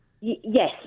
yes